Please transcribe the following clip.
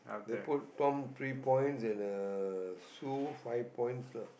they put Tom three points and uh Sue five points lah